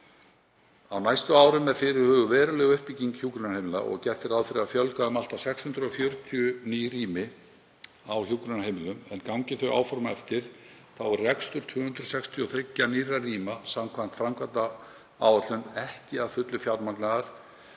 Á næstu árum er fyrirhuguð veruleg uppbygging hjúkrunarheimila og gert er ráð fyrir að fjölga um allt að 640 ný rými á hjúkrunarheimilum en gangi þau áform eftir er rekstur 263 nýrra rýma samkvæmt framkvæmdaáætlun ekki að fullu fjármagnaður